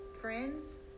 friends